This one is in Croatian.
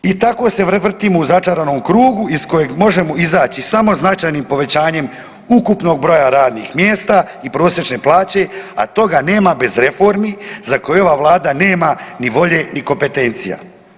I tako se vrtimo u začaranom krugu iz kojeg možemo izaći samo značajnim povećanjem ukupnog broja radnih mjesta i prosječne plaće a toga nema bez reformi za koje ova Vlada ne, ma ni volje ni kompetencija.